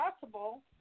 possible